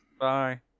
Bye